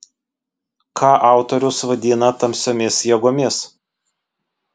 ką autorius vadina tamsiomis jėgomis